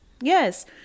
Yes